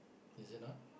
is it not